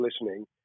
listening